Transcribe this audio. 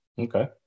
okay